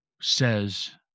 says